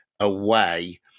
away